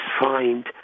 find